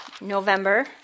November